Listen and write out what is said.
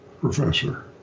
professor